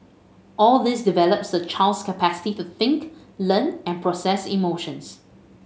all this develops the child's capacity to think learn and process emotions